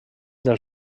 del